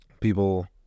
people